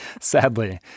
sadly